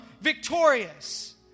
victorious